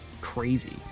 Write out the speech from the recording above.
crazy